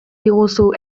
diguzu